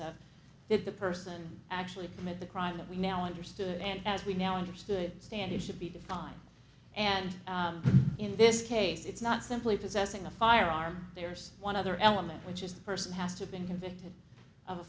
of did the person actually commit the crime that we now understood and as we now understood standard should be defined and in this case it's not simply possessing a firearm there's one other element which is the person has to been convicted of a